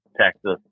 Texas